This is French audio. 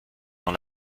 dans